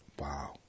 Wow